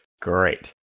Great